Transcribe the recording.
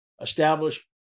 establish